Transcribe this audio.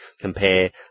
compare